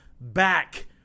back